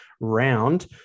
round